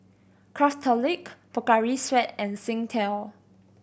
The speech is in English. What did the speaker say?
Craftholic Pocari Sweat and Singtel